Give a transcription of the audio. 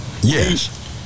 Yes